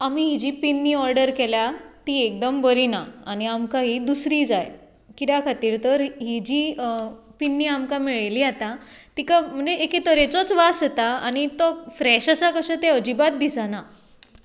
आमी ही जी पिन्नी ऑर्डर केल्या ती एकदम बरी ना आनी आमकां ही दुसरी जाय कित्या खातीर तर ही जी पिन्नी आमकां मेळिली आतां तिका म्हणजे एके तरेचोच वास येता आनी तो फ्रेश आसा कशें तें अजिबात दिसना